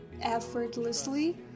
effortlessly